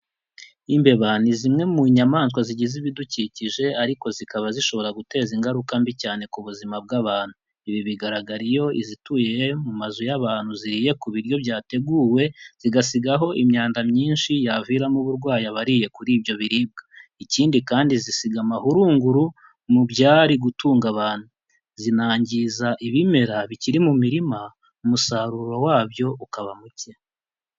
Imbeba ni zimwe mu nyamaswa zigize ibidukikije ariko zikaba zishobora guteza ingaruka mbi cyane ku buzima bw'abantu. Ibi bigaragara iyo izituye he mu mazu y'abantu zihiye ku biryo byateguwe zigasigaho imyanda myinshi yaviramo uburwayi abariye kuri ibyo biribwa. Ikindi kandi zisiga amarunguru mu byari gutunga abantu, zinangiza ibimera bikiri mu mirima umusaruro wabyo ukaba muke.